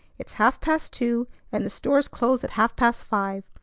it's half-past two, and the stores close at half-past five.